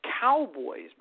Cowboys